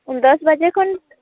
ᱫᱚᱥ ᱵᱟᱡᱮ ᱠᱷᱚᱱ